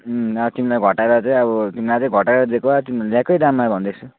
अब तिमीलाई घटाएर चाहिँ अब तिमीलाई चाहिँ घटाएर दिएको तिमीलाई ल्याएकै दाम भन्दैछु